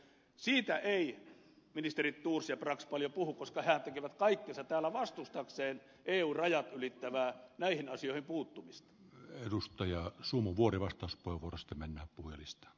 siitä eivät ministerit thors ja brax paljon puhu koska hehän tekivät kaikkensa täällä vastustaakseen eun rajat ylittävää näihin asioihin puuttumista edustaja sumuvuorivastus paavo rosti mennä puhdistaa